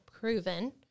proven